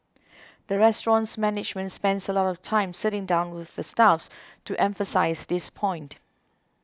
the restaurant's management spends a lot of time sitting down with the staffs to emphasise this point